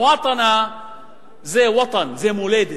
מוואטנה זה ווטן, זה מולדת.